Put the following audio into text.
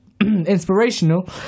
inspirational